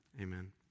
Amen